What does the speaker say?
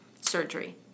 surgery